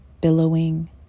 billowing